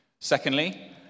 secondly